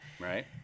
Right